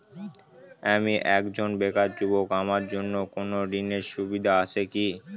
আমি একজন বেকার যুবক আমার জন্য কোন ঋণের সুবিধা আছে কি?